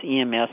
EMS